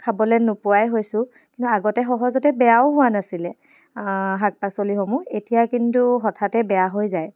খাবলৈ নোপোৱাই হৈছোঁ কিন্তু আগতে সহজতে বেয়াও হোৱা নাছিলে শাক পাচলিসমূহ এতিয়া কিন্তু হঠাতে বেয়া হৈ যায়